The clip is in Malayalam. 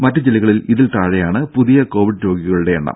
മറ്റു ജില്ലകളിൽ ഇതിൽ താഴെയാണ് പുതിയ കോവിഡ് രോഗികളുടെ എണ്ണം